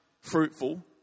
fruitful